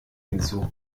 hinzu